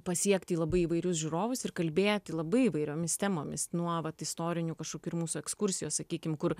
pasiekti labai įvairius žiūrovus ir kalbėti labai įvairiomis temomis nuo vat istorinių kažkokių ir mūsų ekskursijos sakykim kur